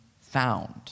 found